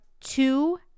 two